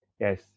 yes